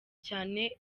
cyane